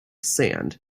sand